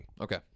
Okay